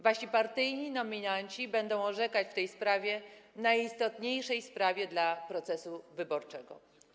Wasi partyjni nominaci będą orzekać w tej sprawie, najistotniejszej dla procesu wyborczego.